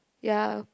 ya